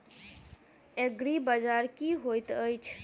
एग्रीबाजार की होइत अछि?